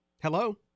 hello